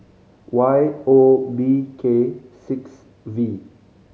Y O B K six V